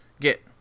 get